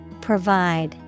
Provide